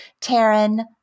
Taryn